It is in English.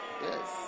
Yes